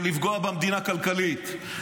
ולפגוע במדינה כלכלית,